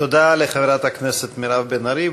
תודה לחברת הכנסת מירב בן ארי.